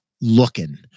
looking